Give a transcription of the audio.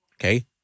Okay